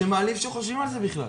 זה מעליב שחושבים על זה בכלל.